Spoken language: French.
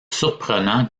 surprenant